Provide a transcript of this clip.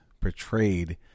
portrayed